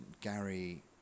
Gary